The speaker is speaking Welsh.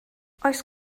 oes